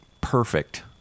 perfect